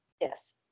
yes